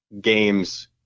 games